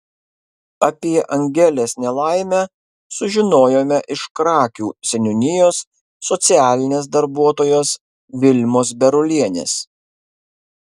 apie angelės nelaimę sužinojome iš krakių seniūnijos socialinės darbuotojos vilmos berulienės